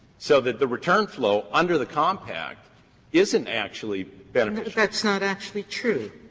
so that the return flow under the compact isn't actually that's not actually true.